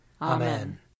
Amen